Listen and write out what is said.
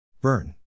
Burn